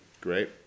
great